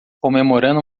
comemorando